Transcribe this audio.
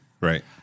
Right